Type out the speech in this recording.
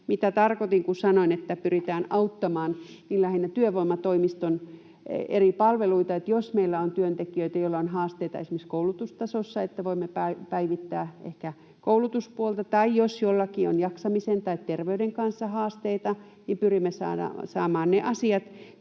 mitä tarkoitin, kun sanoin, että pyritään auttamaan, on lähinnä työvoimatoimiston eri palveluita. Jos meillä on työntekijöitä, joilla on haasteita esimerkiksi koulutustasossa, niin voimme päivittää ehkä koulutuspuolta, tai jos jollakulla on jaksamisen tai terveyden kanssa haasteita, niin pyrimme saamaan ne asiat